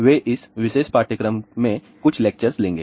वे इस विशेष पाठ्यक्रम में कुछ लेक्चर्स लेंगे